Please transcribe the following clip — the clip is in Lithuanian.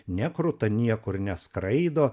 nekruta niekur neskraido